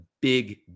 big